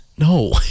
No